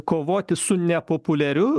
kovoti su nepopuliariu